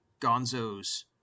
Gonzo's